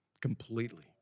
Completely